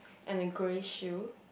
and a grey shoe